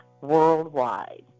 worldwide